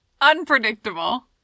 unpredictable